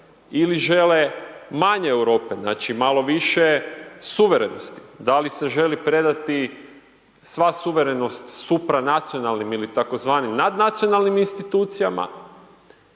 ili žele manje Europe, znači malo više suverenosti, da li se želi predati sva suverenost supra nacionalnim ili tako zvanim nad nacionalnim institucijama,